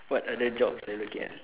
what other jobs are you looking at